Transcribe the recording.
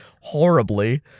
horribly